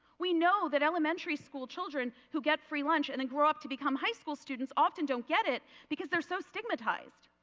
we know that elementary school children who get free lunch and grow up to be high school students often don't get it because they are so stigmatized.